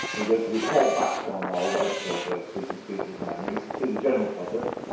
are going to report back on our web survey of people's beatles memories to the general public.